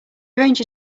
ranger